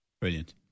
Brilliant